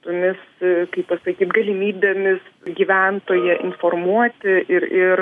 tomis kaip pasakyt galimybėmis gyventoją informuoti ir ir